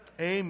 amen